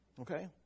Okay